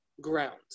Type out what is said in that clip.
ground